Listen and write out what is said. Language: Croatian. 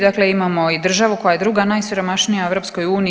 Dakle, imamo i državu koja je druga najsiromašnija u EU.